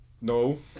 No